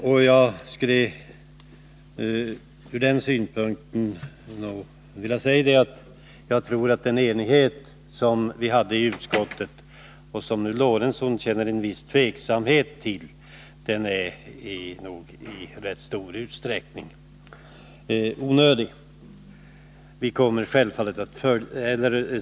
Jag tror därför att Sven Eric Lorentzons tveksamhet i fråga om enigheten i utskottet är rätt onödig.